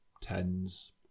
tens